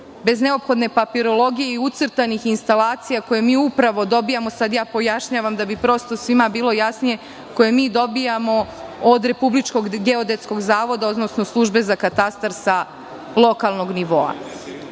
bez neophodne papirologije i ucrtanih instalacija koje upravo dobijamo, sada ovo pojašnjavam da bi svima bilo jasnije, koje mi dobijamo od Republičkog geodetskog zavoda, odnosno službe za katastar sa lokalnog nivoa. Sve